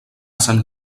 sant